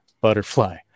butterfly